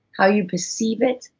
how you perceive it,